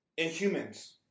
Inhumans